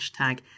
hashtag